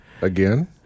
Again